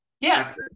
yes